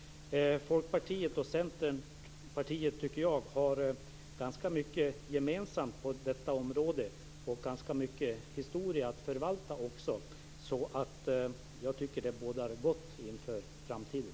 Folkpartiet och Centerpartiet har ganska mycket gemensamt på detta område och också ganska mycket historia att förvalta. Jag tycker att det bådar gott inför framtiden.